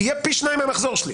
יהיה פי שניים מהמחזור שלי.